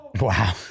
Wow